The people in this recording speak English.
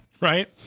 Right